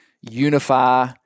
unify